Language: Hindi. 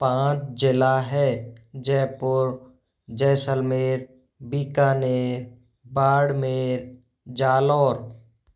पांच ज़िला है जयपुर जैसलमेर बीकानेर बाड़मेर जालौर